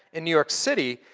in new york city,